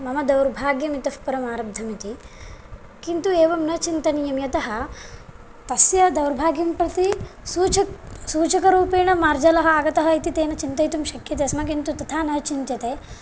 मम दौर्भाग्यमितः परमारब्धमिति किन्तु एवं न चिन्तनीयं यतः तस्य दौर्भाग्यं प्रति सूचक् सूचकरूपेण मार्जालः आगतः इति तेन चिन्तयितुं शक्यते स्म किन्तु तथा न चिन्त्यते